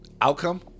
outcome